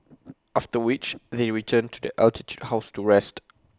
after which they return to the altitude house to rest